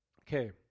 Okay